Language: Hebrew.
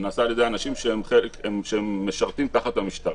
זה נעשה על ידי אנשים שמשרתים תחת המשטרה.